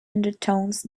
undertones